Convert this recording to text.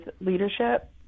leadership